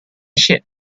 ship